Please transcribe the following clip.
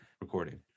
recording